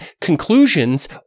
conclusions